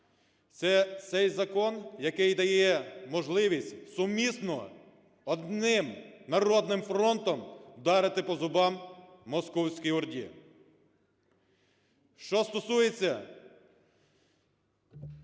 це цей закон, який дає можливість сумісно, одним народним фронтом вдарити по зубам московській орді. Що стосується